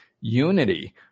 unity